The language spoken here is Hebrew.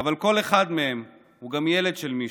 אבל כל אחד מהם הוא גם ילד של מישהו,